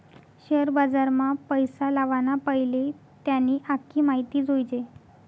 share बजारमा पैसा लावाना पैले त्यानी आख्खी माहिती जोयजे